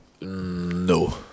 No